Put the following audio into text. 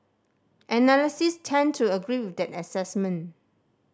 analysts tend to agree with that assessment